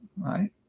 right